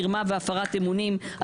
מרמה והפרת אמונים.